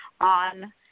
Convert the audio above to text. on